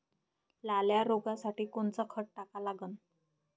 लाल्या रोगासाठी कोनचं खत टाका लागन?